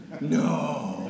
No